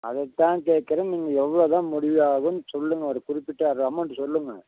அதைத்தான் கேட்குறேன் நீங்கள் எவ்வளோ தான் முடிவாகும் சொல்லுங்க ஒரு குறிப்பிட்ட அது அமௌண்ட்டு சொல்லுங்க